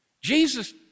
Jesus